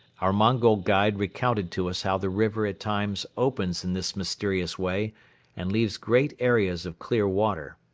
our mongol guide recounted to us how the river at times opens in this mysterious way and leaves great areas of clear water.